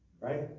right